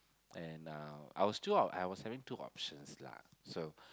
and I was two I was having two options lah so